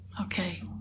Okay